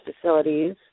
facilities